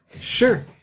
Sure